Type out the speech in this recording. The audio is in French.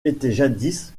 jadis